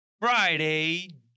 Friday